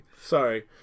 Sorry